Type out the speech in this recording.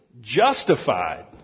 justified